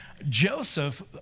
Joseph